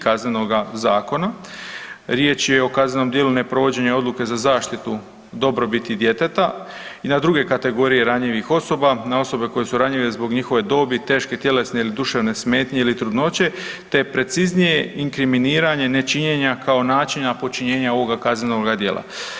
KZ-a, riječ je o kaznenom djelu neprovođenja odluke za zaštitu dobrobiti djeteta i na druge kategorije ranjivih osoba, na osobe koje su ranjive zbog njihove dobi, teške tjelesne ili duševne smetnje ili trudnoće te preciznije inkriminiranje nečinjenja kao načina počinjenja ovoga kaznenog djela.